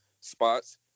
spots